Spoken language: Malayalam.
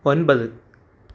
ഒമ്പത്